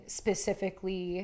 specifically